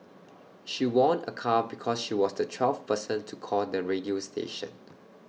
she won A car because she was the twelfth person to call the radio station